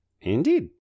Indeed